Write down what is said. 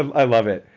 um i love it.